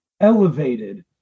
elevated